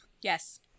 Yes